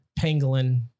pangolin